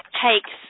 takes